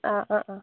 ആ ആ ആ